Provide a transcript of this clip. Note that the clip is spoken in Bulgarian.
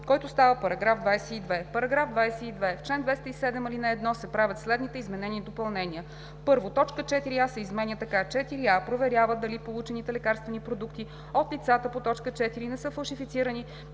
който става § 22: „§ 22. В чл. 207, ал. 1 се правят следните изменения и допълнения: 1. Точка 4а се изменя така: „4а. проверява дали получените лекарствени продукти от лицата по т. 4 не са фалшифицирани,